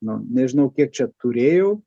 nu nežinau kiek čia turėjau